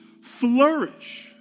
flourish